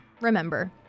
Remember